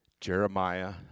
Jeremiah